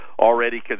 already